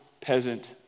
peasant